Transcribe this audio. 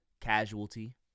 casualty